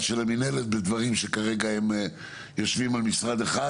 יותר בדברים שכרגע יושבים על משרד אחד